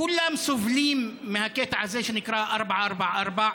כולם סובלים מהקטע הזה שנקרא 444,